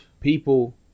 People